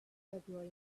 february